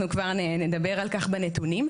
אנחנו כבר נדבר על כך בנתונים.